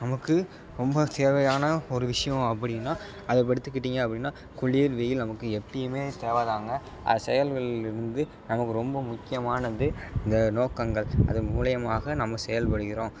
நமக்கு ரொம்ப தேவையான ஒரு விஷயம் அப்படின்னா அதை இப்போ எடுத்துக்கிட்டீங்க அப்படின்னா குளிர் வெயில் நமக்கு எப்பையுமே தேவைதாங்க அது செயல்களில் இருந்து நமக்கு ரொம்ப முக்கியமானது இந்த நோக்கங்கள் அதன் மூலியமாக நம்ம செயல்படுகிறோம்